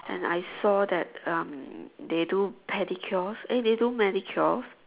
and I saw that um they do pedicures eh they do manicures